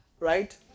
right